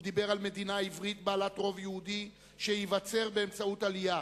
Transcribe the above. הוא דיבר על מדינה עברית בעלת רוב יהודי שייווצר באמצעות עלייה,